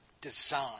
design